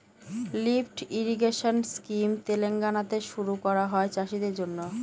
lift irrigation scheme তেলেঙ্গানাতে শুরু করা হয় চাষীদের জন্য